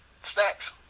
Snacks